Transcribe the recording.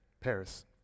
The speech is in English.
Paris